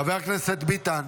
חבר הכנסת ביטן.